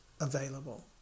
available